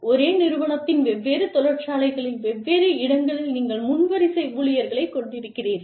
ஒரே நிறுவனத்தின் வெவ்வேறு தொழிற்சாலைகளில் வெவ்வேறு இடங்களில் நீங்கள் முன் வரிசை ஊழியர்களைக் கொண்டிருக்கிறீர்கள்